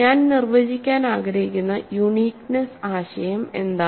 ഞാൻ നിർവചിക്കാൻ ആഗ്രഹിക്കുന്ന യുണീക്നെസ്സ് ആശയം എന്താണ്